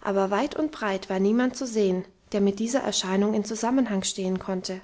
aber weit und breit war niemand zu sehen der mit dieser erscheinung im zusammenhang stehen konnte